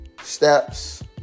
steps